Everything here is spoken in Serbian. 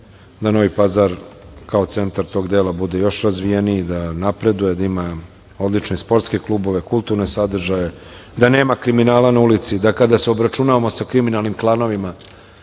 da Novi Pazar, kao centar tog dela bude još razvijeniji i da napreduje, da ima odlične sportske klubove, kulturne sadržaje, da nema kriminala na ulici, da kada se obračunavamo sa kriminalnim klanovima,